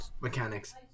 mechanics